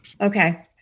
Okay